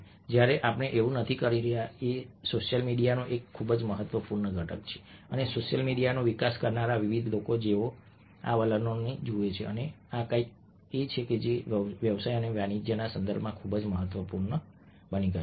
જ્યારે આપણે એવું નથી કરી રહ્યા કે આ સોશિયલ મીડિયાનો એક ખૂબ જ મહત્વપૂર્ણ ઘટક છે અને સોશિયલ મીડિયાનો વિકાસ કરનારા વિવિધ લોકો જેઓ આ વલણોને જુએ છે અને આ કંઈક છે જે વ્યવસાય અને વાણિજ્યના સંદર્ભમાં ખૂબ જ મહત્વપૂર્ણ બની ગયું છે